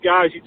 guys